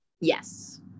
Yes